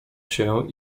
się